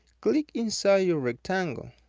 click inside your rectangle.